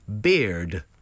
beard